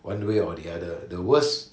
one way or the other the worst